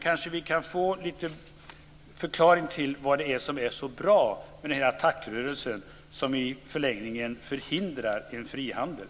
Kanske vi kan få en liten förklaring till vad det är som är så bra med ATTAC-rörelsen, som i förlängningen förhindrar en frihandel.